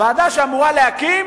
ועדה שאמורה להקים